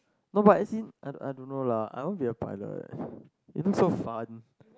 no but as in I don't I don't know lah I want to be a pilot it looks so fun